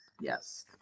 Yes